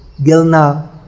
gilna